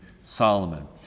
Solomon